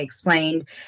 explained